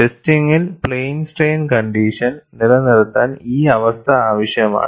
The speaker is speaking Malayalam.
ടെസ്റ്റിംഗിൽ പ്ലെയിൻ സ്ട്രെയിൻ കണ്ടിഷൻ നിലനിർത്താൻ ഈ അവസ്ഥ ആവശ്യമാണ്